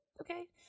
okay